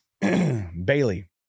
bailey